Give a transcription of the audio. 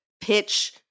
pitch